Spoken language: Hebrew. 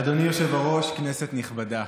אדוני היושב-ראש, כנסת נכבדה,